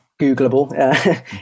Googleable